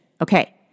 Okay